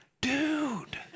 dude